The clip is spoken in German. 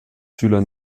schüler